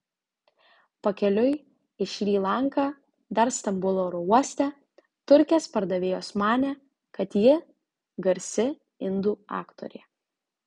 pakeliui į šri lanką dar stambulo oro uoste turkės pardavėjos manė kad ji garsi indų aktorė